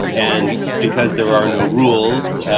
and because there are no rules,